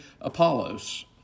Apollos